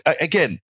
Again